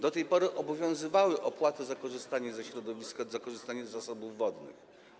Do tej pory obowiązywały opłaty za korzystanie ze środowiska, za korzystanie z zasobów wodnych.